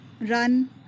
run